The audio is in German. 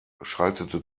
schaltete